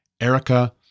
Erica